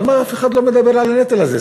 למה אף אחד לא מדבר על הנטל הזה?